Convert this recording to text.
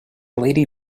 lady